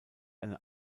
eine